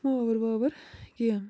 power واوَر کیٚنٛہہ